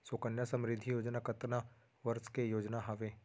सुकन्या समृद्धि योजना कतना वर्ष के योजना हावे?